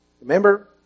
Remember